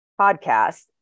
podcast